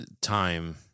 time